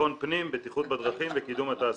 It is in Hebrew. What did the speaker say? בטחון פנים, בטיחות בדרכים וקידום התעסוקה.